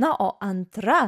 na o antra